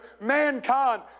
mankind